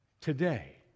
today